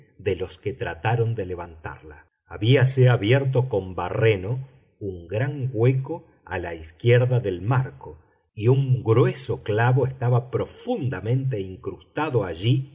de los que trataron de levantarla habíase abierto con barreno un gran hueco a la izquierda del marco y un grueso clavo estaba profundamente incrustado allí